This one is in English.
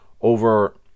over